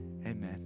Amen